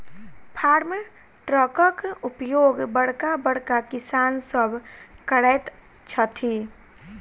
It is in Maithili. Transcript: फार्म ट्रकक उपयोग बड़का बड़का किसान सभ करैत छथि